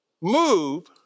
move